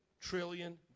trillion